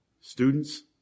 Students